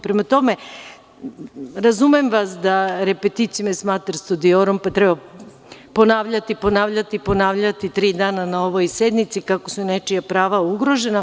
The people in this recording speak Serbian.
Prema tome, razumem vas, „Repeticio est mater studiorum“, da treba ponavljati, ponavljati, ponavljati tri dana na ovoj sednici kako su nečija prava ugrožena.